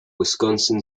wisconsin